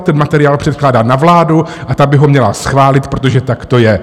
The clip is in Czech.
Ten materiál předkládá na vládu a ta by ho měla schválit, protože tak to je.